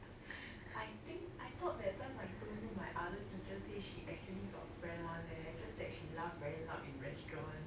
I think I thought that time I told you my other teacher say she actually got friend one leh just that she laugh very loud in restaurant